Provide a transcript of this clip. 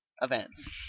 events